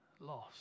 Loss